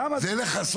למה?